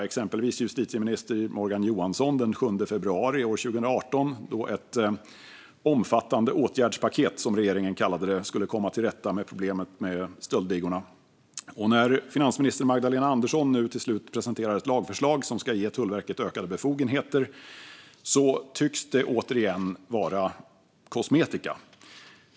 Exempelvis presenterade justitieminister Morgan Johansson den 7 februari år 2018 ett omfattande åtgärdspaket, som regeringen kallade det, för att komma till rätta med problemet med stöldligorna. Och när finansminister Magdalena Andersson nu till slut presenterar ett lagförslag som ska ge Tullverket ökade befogenheter tycks det återigen vara kosmetika.